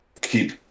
keep